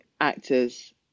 actors